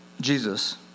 Jesus